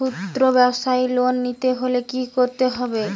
খুদ্রব্যাবসায় লোন নিতে হলে কি করতে হবে?